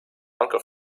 uncle